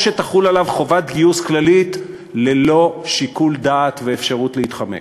או שתחול עליו חובת גיוס כללית ללא שיקול דעת ואפשרות להתחמק.